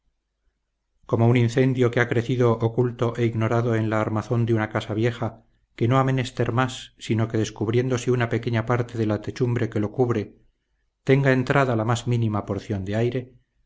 como un incendio que ha crecido oculto e ignorado en la armazón de una casa vieja que no ha menester más sino que descubriéndose una pequeña parte de la techumbre que lo cubre tenga entrada la más mínima porción de aire